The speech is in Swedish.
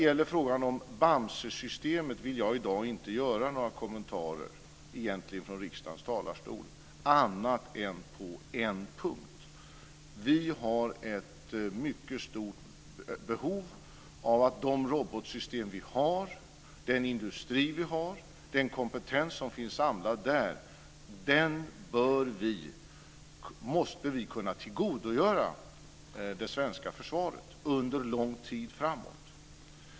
Jag vill i dag inte göra några kommentarer från riksdagens talarstol om Bamsesystem annat än på en punkt. Vi har ett mycket stort behov av de robotsystem vi har. Den industri vi har och den kompetens som finns samlad där måste vi kunna tillgodogöra det svenska försvaret under lång tid framåt.